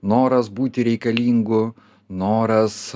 noras būti reikalingu noras